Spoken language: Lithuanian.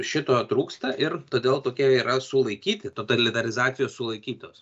šito trūksta ir todėl tokia jau yra sulaikyti totalitarizacijos sulaikytos